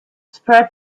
spread